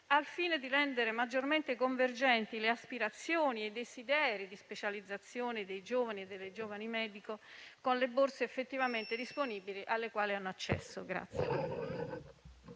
al fine di rendere maggiormente convergenti le aspirazioni e i desideri di specializzazione dei giovani e delle giovani medico con le borse effettivamente disponibili, alle quali hanno accesso.